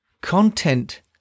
content